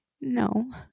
No